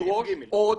לדרוש עוד.